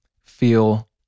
feel